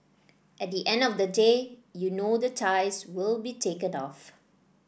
at the end of the day you know the ties will be taken off